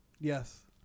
Yes